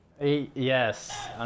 Yes